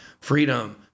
Freedom